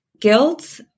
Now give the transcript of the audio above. guilt